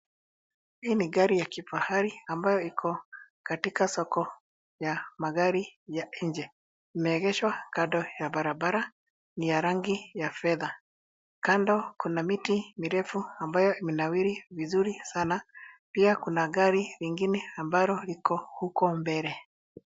Hii ni gari ya kifahari ambayo iko katika soko ya magari ya nje. Imeegeshwa kando ya barabara, ni ya rangi ya fedha. Kando kuna miti mirefu ambayo imenawiri vizuri sana. Pia kuna gari lingine ambalo liko huko mbele.